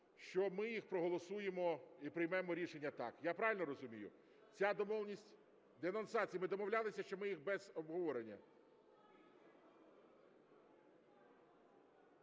що ми їх проголосуємо і приймемо рішення. Я правильно розумію? Ця домовленість, денонсації, ми домовлялися, що ми їх без обговорення?